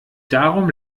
darum